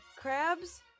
crabs